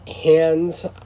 hands